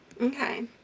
Okay